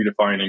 redefining